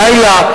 לילה?